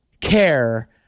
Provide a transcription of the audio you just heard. care